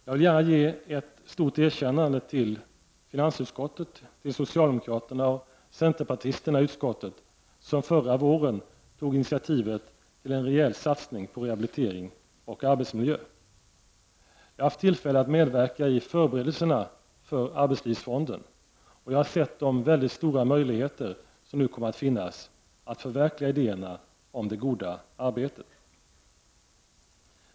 Jag vill gärna ge ett stort erkännande till finansutskottet, till socialdemokraterna och centerpartisterna i utskottet, som förra våren tog initiativ till en rejäl satsning på rehabilitering och arbetsmiljö. Jag har haft tillfälle att medverka i förberedelserna för arbetslivsfonden. Jag har sett de stora möjligheter som nu kommer att finnas att förverkliga idéerna om det goda arbetet.